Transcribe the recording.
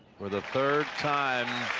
for the third time